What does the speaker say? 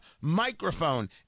microphone